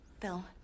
Phil